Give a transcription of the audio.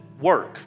work